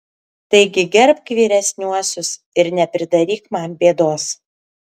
taigi gerbk vyresniuosius ir nepridaryk man bėdos